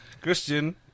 Christian